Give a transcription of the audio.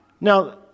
Now